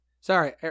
Sorry